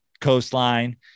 coastline